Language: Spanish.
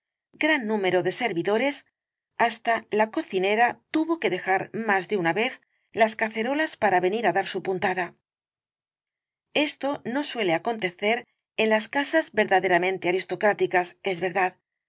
gran número de servidores hasta la cocinera tuvo que dejar más de una vez las cacerolas para venir á dar su puntada esto no suele acontecer en las casas verdaderamente aristocráticas es verdad